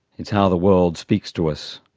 it's how the world speaks to us.